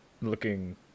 looking